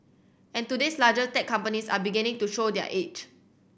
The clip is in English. and today's largest tech companies are beginning to show their age